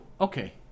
okay